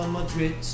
Madrid